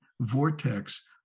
vortex